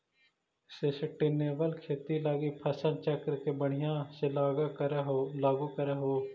sustainable खेती लागी फसल चक्र के बढ़ियाँ से लागू करहूँ